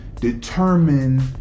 determine